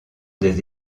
des